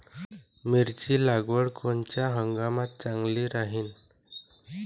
मिरची लागवड कोनच्या हंगामात चांगली राहीन?